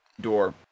door